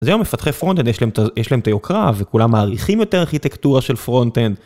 אז היום מפתחי פרונט אנד יש להם את היוקרה וכולם מעריכים יותר ארכיטקטורה של פרונט אנד.